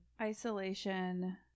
Isolation